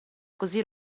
così